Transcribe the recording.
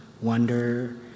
wonder